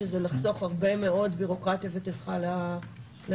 שזה לחסוך הרבה מאוד בירוקרטיה וטרחה לאזרחים.